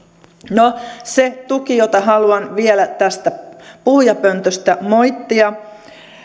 no se tuki jota haluan vielä tästä puhujapöntöstä moittia